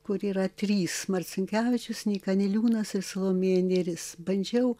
kur yra trys marcinkevičius nyka niliūnas ir salomėja nėris bandžiau